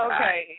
Okay